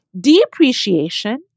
depreciation